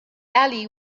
alley